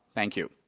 thank you.